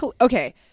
okay